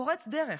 פורץ דרך.